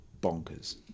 bonkers